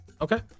Okay